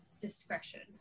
discretion